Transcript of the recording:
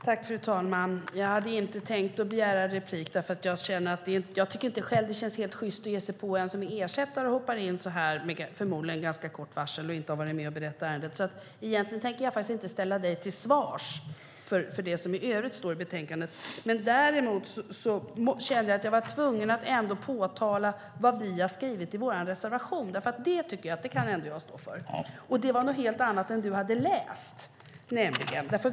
Fru talman! Jag hade inte tänkt begära replik, för jag tycker inte att det känns helt sjyst att ge sig på en ersättare som hoppar in, förmodligen med ganska kort varsel, och inte har varit med och berett ärendet. Egentligen tänkte jag inte ställa dig till svars för det som i övrigt står i betänkandet. Däremot kände jag att jag var tvungen att ändå påpeka vad vi har skrivit i vår reservation, för det kan jag stå för. Det var nämligen något helt annat än du hade läst.